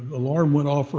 alarm went off,